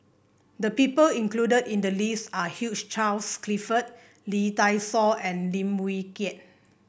the people included in the list are Hugh Charles Clifford Lee Dai Soh and Lim Wee Kiak